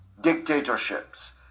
dictatorships